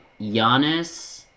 Giannis